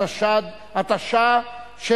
התש"ע,